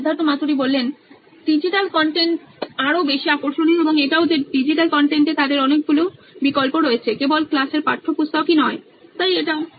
Siddharth Maturi C E O নোইন electronics digital content আরও বেশি আকর্ষণীয় এবং এটাও যে ডিজিটাল কন্টেন্টে তাদের অনেকগুলো বিকল্প রয়েছে কেবল ক্লাসের পাঠ্যপুস্তক ই নয় তাই এটাও